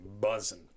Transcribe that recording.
buzzing